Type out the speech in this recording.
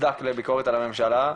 מוצדק לביקורת על הממשלה,